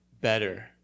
better